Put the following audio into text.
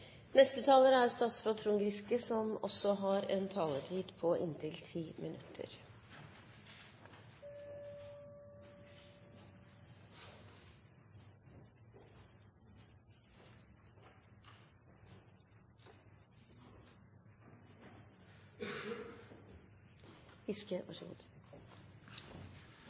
Neste taler er Henning Skumsvoll, som har en taletid på inntil 3 minutter.